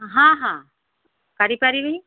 ହଁ ହଁ କାଢ଼ିପାରିବି